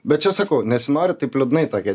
bet čia sakau nesinori taip liūdnai tokią